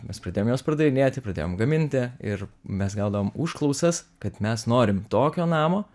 mes pradėjom juos pardavinėti pradėjom gaminti ir mes gaudavom užklausas kad mes norim tokio namo